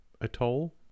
atoll